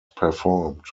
performed